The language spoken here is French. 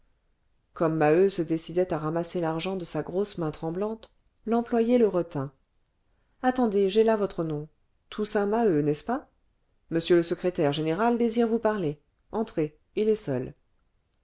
comme maheu se décidait à ramasser l'argent de sa grosse main tremblante l'employé le retint attendez j'ai là votre nom toussaint maheu n'est-ce pas monsieur le secrétaire général désire vous parler entrez il est seul